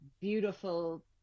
beautiful